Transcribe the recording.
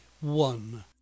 ONE